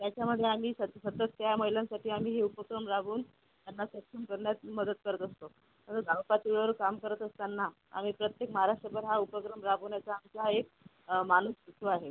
त्याच्यामध्ये आम्ही सतत त्या महिलांसाठी आम्ही हे उपक्रम राबवून त्यांना सक्षम करण्यास मदत करत असतो तसंच गावपातळीवर काम करत असताना आम्ही प्रत्येक महाराष्ट्रभर हा उपक्रम राबवण्याचा आपला एक मानस आहे